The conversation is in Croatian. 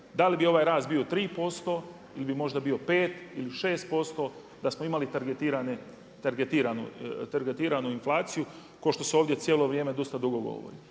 Da li bi ovaj rast bio 3% ili bi možda bio 5 ili 6%, da smo imali targetiranu inflaciju, ko što se ovdje cijelo vrijeme dosta dugo govori.